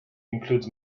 includes